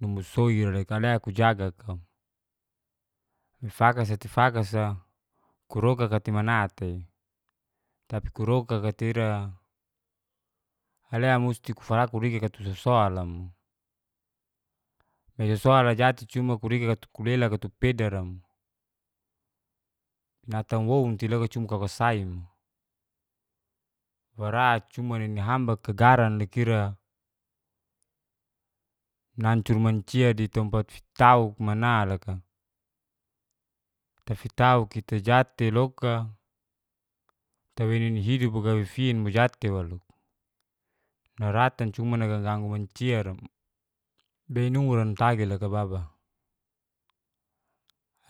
Dongpu soi ira leka'le kujaga kau nifaga sete fagasa kuroga katemana tei tapi kurogaka tei ira alea musti kufalaru turikat sosora la mo. misosora jat'te cuma turikat tukulelaka tukupedara mo, natawounti loka cuma kauksainwo. Warat cuma nini hambar ka garan'le kira nancur mancia ditempat fitauk mana loka. Tafitaut kita jat'te loka taweni'ni hidup gafifinmo jat'te walo. Naratan cuma nagaganggu manciara mo, benura natagi loka baba.